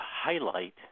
highlight